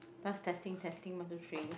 last testing testing one two three